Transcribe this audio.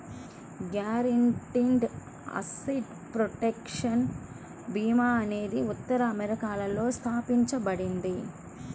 guaranteed asset protection భీమా అనేది ఉత్తర అమెరికాలో స్థాపించబడింది